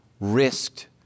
risked